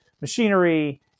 machinery